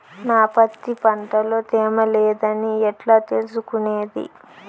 నా పత్తి పంట లో తేమ లేదని ఎట్లా తెలుసుకునేది?